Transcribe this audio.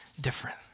different